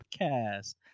podcast